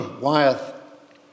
Wyeth